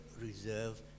reserve